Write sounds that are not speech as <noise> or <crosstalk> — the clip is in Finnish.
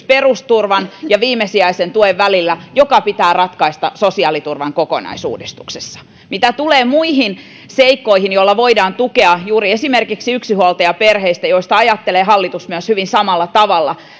<unintelligible> perusturvan ja viimesijaisen tuen välillä tyypillinen kysymys joka pitää ratkaista sosiaaliturvan kokonaisuudistuksessa mitä tulee muihin seikkoihin joilla voidaan tukea juuri esimerkiksi yksinhuoltajaperheitä tämän asian merkityksestä ajattelee myös hallitus hyvin samalla tavalla